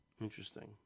Interesting